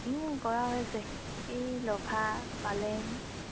কৰা হৈছে এই লফা পালেং